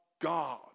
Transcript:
God